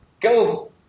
go